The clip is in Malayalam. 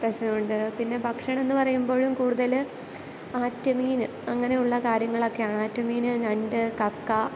പ്രശ്നമുണ്ട് പിന്നെ ഭക്ഷണമെന്ന് പറയുമ്പോഴും കൂടുതൽ ആറ്റ്മീൻ അങ്ങനെയുള്ള കാര്യങ്ങളൊക്കെയാണ് ആറ്റു മീൻ ഞണ്ട് കക്ക